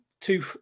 two